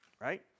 Right